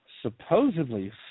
supposedly